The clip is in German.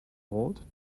rot